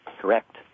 Correct